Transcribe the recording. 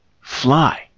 fly